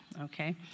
Okay